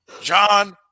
John